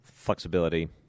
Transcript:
flexibility